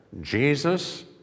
Jesus